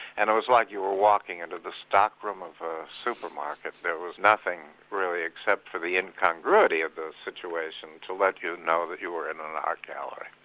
and it was like you were walking into the stock room of a supermarket. there was nothing really except for the incongruity of the situation to let you know that you were in an art gallery.